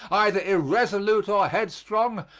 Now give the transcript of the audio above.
either irresolute or headstrong,